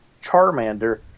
Charmander